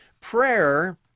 prayer